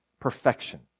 perfection